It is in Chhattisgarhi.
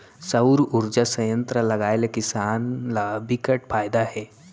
सउर उरजा संयत्र लगाए ले किसान ल बिकट फायदा हे